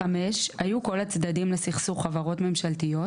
(5) היו כל הצדדים לסכסוך חברות ממשלתיות,